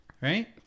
right